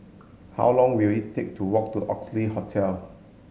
how long will it take to walk to Oxley Hotel